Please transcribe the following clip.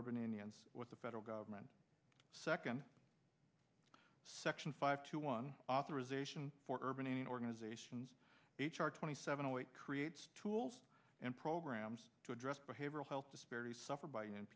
urban indians with the federal government second section five to one authorization for urban and organizations h r twenty seven zero eight creates tools and programs to address behavioral health disparities